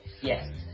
yes